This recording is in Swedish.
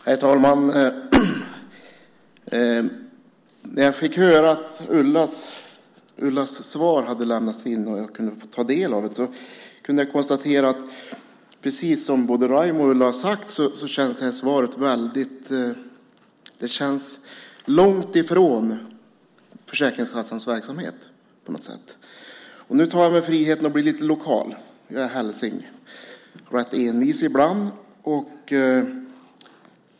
Herr talman! När jag fick höra att Ulla Anderssons svar hade lämnats in och jag kunde få ta del av det kunde jag konstatera att svaret, precis som både Raimo och Ulla har sagt, känns väldigt långt ifrån Försäkringskassans verksamhet. Nu tar jag mig friheten att bli lite lokal. Jag är hälsing och rätt envis ibland.